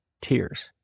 tears